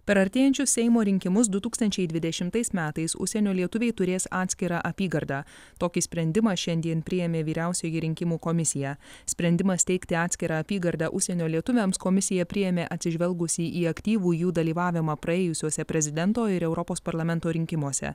per artėjančius seimo rinkimus du tūkstančiai dvidešimtais metais užsienio lietuviai turės atskirą apygardą tokį sprendimą šiandien priėmė vyriausioji rinkimų komisija sprendimą steigti atskirą apygardą užsienio lietuviams komisija priėmė atsižvelgusi į aktyvų jų dalyvavimą praėjusiuose prezidento ir europos parlamento rinkimuose